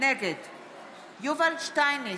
נגד יובל שטייניץ,